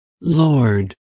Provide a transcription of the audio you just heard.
Lord